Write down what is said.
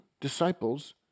disciples